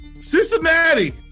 Cincinnati